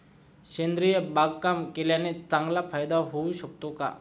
सेंद्रिय बागकाम केल्याने चांगला फायदा होऊ शकतो का?